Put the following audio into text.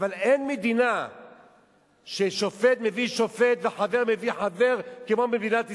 אבל אין מדינה ששופט מביא שופט וחבר מביא חבר כמו במדינת ישראל.